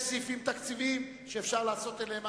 שיש סעיפים תקציביים שאפשר לעשות אליהם